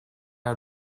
out